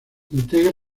integra